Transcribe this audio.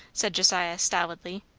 said josiah stolidly.